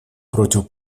против